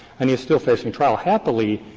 and he is still facing trial. happily,